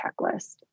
checklist